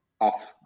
off